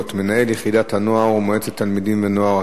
(מנהל יחידת הנוער ומועצת תלמידים ונוער),